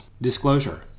Disclosure